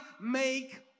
make